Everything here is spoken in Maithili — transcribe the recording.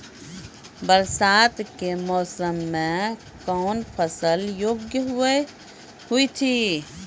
बरसात के मौसम मे कौन फसल योग्य हुई थी?